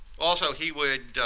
although he would